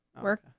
work